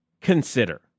consider